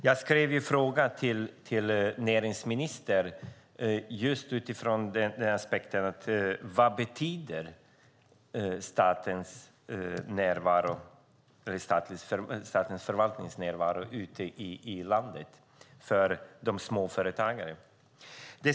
Jag skrev min fråga till näringsministern utifrån aspekten vad statens förvaltningsnärvaro ute i landet betyder för småföretagare.